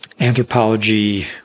anthropology